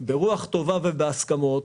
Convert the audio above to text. ברוח טובה ובהסכמות.